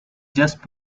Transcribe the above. just